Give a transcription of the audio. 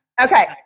Okay